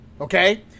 okay